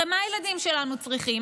הרי מה הילדים שלנו צריכים?